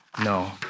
No